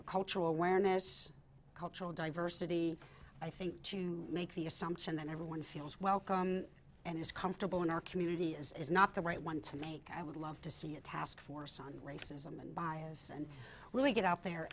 know cultural awareness cultural diversity i think to make the assumption that everyone feels welcome and is comfortable in our community is not the right one to make i would love to see a task force on racism and bias and really get out there